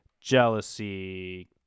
jealousy